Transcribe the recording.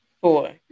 Four